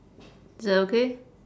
is that okay